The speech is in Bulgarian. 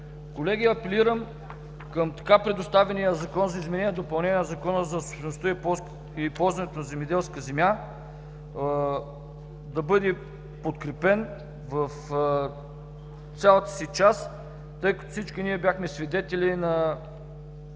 Колеги, апелирам така предоставеният Ви Законопроект за изменение и допълнение на Закона за собствеността и ползването на земеделски земи да бъде подкрепен в цялата си част, тъй като всички ние бяхме свидетели на